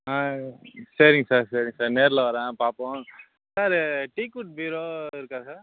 ஆ சரிங்க சார் சரிங்க சார் நேரில் வரேன் பார்ப்போம் சார் டீக்வுட் பீரோ இருக்கா சார்